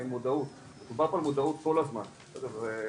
במודעות, דובר פה על מודעות כל הזמן, בסדר,